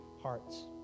hearts